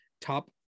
top